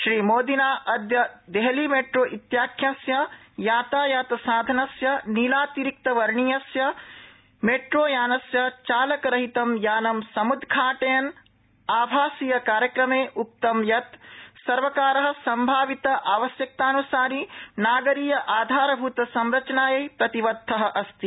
श्रीमोदिना अद्य देहली मेट्रो इत्याख्यस्य यातायातसाधनस्य नीलातिरक्त वर्णीयस्य मेट्रोयानस्य चालकरहितं यानं समुद्वाटयन् आभासीय कार्यक्रमे उक्त सर्वकार संभावित आवश्यकतानुसारी नागरीय आधारभूतसंरचनायै प्रतिबद्ध अस्ति